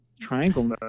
triangle